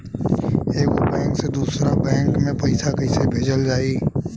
एगो बैक से दूसरा बैक मे पैसा कइसे भेजल जाई?